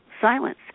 silence